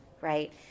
right